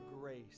grace